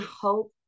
hope